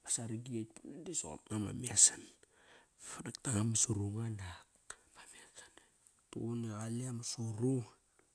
Ma saragi et pone di soqop nga me mesan. Bata ma surunga nak ma mesan. Rituqun i qale ma suru.